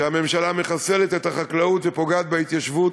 שהממשלה מחסלת את החקלאות ופוגעת בהתיישבות.